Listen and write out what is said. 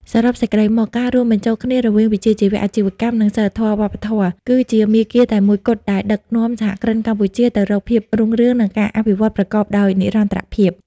សរុបសេចក្ដីមក ការរួមបញ្ចូលគ្នារវាងវិជ្ជាជីវៈអាជីវកម្ម និងសីលធម៌វប្បធម៌ គឺជាមាគ៌ាតែមួយគត់ដែលដឹកនាំសហគ្រិនកម្ពុជាទៅរកភាពរុងរឿង និងការអភិវឌ្ឍប្រកបដោយនិរន្តរភាព។